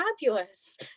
fabulous